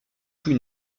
tout